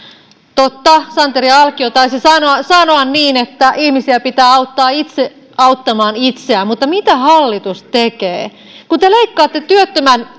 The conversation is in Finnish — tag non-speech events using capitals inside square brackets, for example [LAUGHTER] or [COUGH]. totta santeri alkio taisi sanoa sanoa niin että ihmisiä pitää auttaa itse auttamaan itseään mutta mitä hallitus tekee kun te leikkaatte työttömän [UNINTELLIGIBLE]